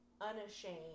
unashamed